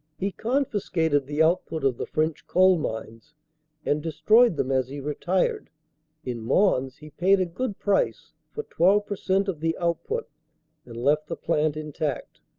he confiscated the output of the french coal mines and destroyed them as he retired in mons he paid a good price for twelve percent of the output and left the plant intact.